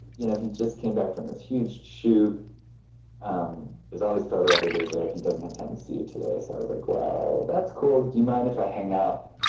you know he just came back from this huge shoot um there's all these photo editors there he doesn't have time to see you today. so i was like, well, that's cool do you mind if i hang out